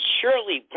surely